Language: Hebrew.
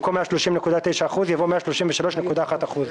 במקום "130.9%" יבוא "133.1%".